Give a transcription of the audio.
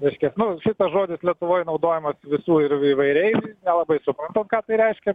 reiškias nu tas žodis lietuvoj naudojamas visų ir įvairiai nelabai suprantam ką reiškia